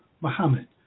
Muhammad